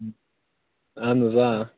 اہن حظ آ